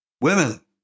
Women